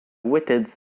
witted